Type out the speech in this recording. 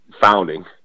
founding